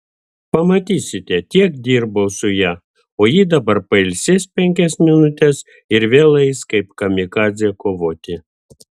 pamatysite tiek dirbau su ja o ji dabar pailsės penkias minutes ir vėl eis kaip kamikadzė kovoti